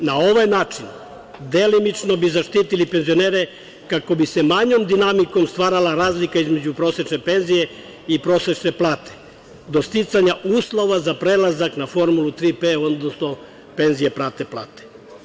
Na ovaj način delimično bi zaštitili penzionere kako bi se manjom dinamikom stvarala razlika između prosečne penzije i prosečne plata do sticanja uslova za prelazak na formulu 3P, odnosno penzije prate plate.